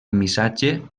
missatge